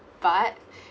but